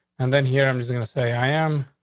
and then here i'm just going to say i am.